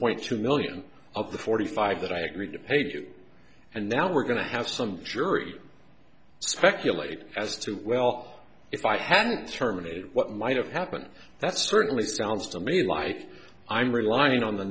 point two million of the forty five that i agreed to pay and now we're going to have some jury speculate as to well if i hadn't thurman what might have happened that certainly sounds to me like i'm relying on the